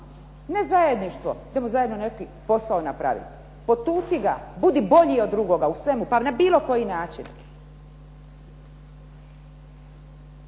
ne zajedništvo. Idemo zajedno nekakvi posao napraviti. Potuci ga, budi bolji od drugoga u svemu, pa na bilo koji način.